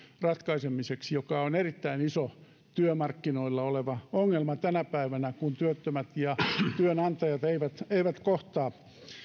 ratkaisemiseksi joka on erittäin iso työmarkkinoilla oleva ongelma tänä päivänä kun työttömät ja työnantajat eivät eivät kohtaa